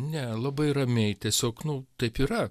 ne labai ramiai tiesiog nu taip yra